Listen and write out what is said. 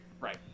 Right